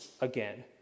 again